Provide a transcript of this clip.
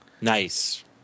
Nice